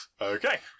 Okay